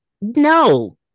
No